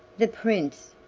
the prince,